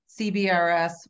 CBRS